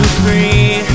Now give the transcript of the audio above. free